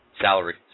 salary